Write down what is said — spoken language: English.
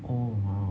oh !wow!